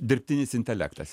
dirbtinis intelektas